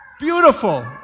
Beautiful